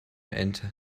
and